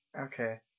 okay